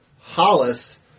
Hollis